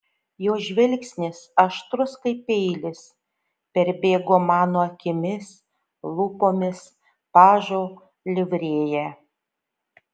jo žvilgsnis aštrus kaip peilis perbėgo mano akimis lūpomis pažo livrėja